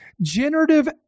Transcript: generative